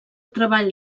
treball